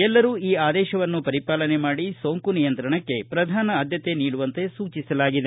ಎಲ್ಲರೂ ಈ ಆದೇಶವನ್ನು ಪರಿಪಾಲನೆ ಮಾಡಿ ಸೋಂಕು ನಿಯಂತ್ರಣಕ್ಕೆ ಪ್ರಧಾನ ಆದ್ಯತೆ ನೀಡುವಂತೆ ಸೂಚಿಸಲಾಗಿದೆ